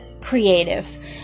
creative